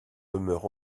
demeure